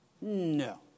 No